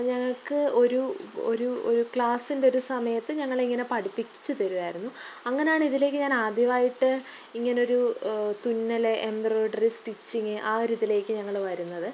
ഞങ്ങൾക്ക് ഒരു ഒരു ഒരു ക്ലാസ്സിൻ്റെ ഒരു സമയത്ത് ഞങ്ങൾ ഇങ്ങനെ പഠിപ്പിച്ച് തരുമായിരുന്നു അങ്ങനെയാണ് ഇതിലേക്ക് ഞാന് ആദ്യമായിട്ട് ഇങ്ങനെ ഒരു തുന്നൽ എംബ്രോഡറി സ്റ്റിച്ചിംഗ് ആ ഒരു ഇതിലേക്ക് ഞങ്ങൾ വരുന്നത്